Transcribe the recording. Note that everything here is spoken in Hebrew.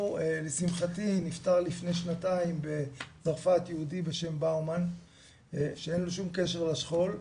לשמחתי נפטר לפני שנתיים בצרפת יהודי בשם באומן שאין לו שום קשר לשכול,